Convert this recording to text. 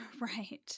Right